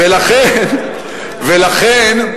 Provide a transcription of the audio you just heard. ולכן,